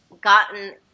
gotten